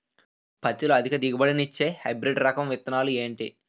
పత్తి లో అధిక దిగుబడి నిచ్చే హైబ్రిడ్ రకం విత్తనాలు ఏంటి